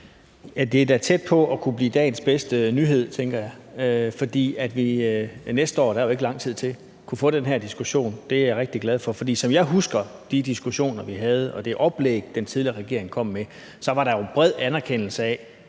Det er da tæt på at kunne blive dagens bedste nyhed, tænker jeg, at vi næste år – for der er jo ikke lang tid til – kunne få den her diskussion. Det er jeg rigtig glad for. For som jeg husker de diskussioner, vi havde, og det oplæg, den tidligere regering kom med, så var der jo en bred anerkendelse,